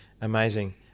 Amazing